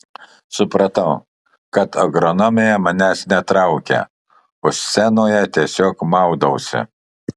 supratau kad agronomija manęs netraukia o scenoje tiesiog maudausi